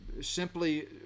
simply